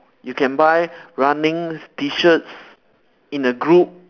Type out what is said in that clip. you can buy running T shirts in a group